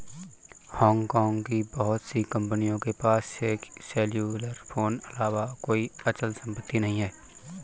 Hong Kong की बहुत सी कंपनियों के पास सेल्युलर फोन अलावा कोई अचल संपत्ति नहीं है